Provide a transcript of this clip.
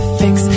fix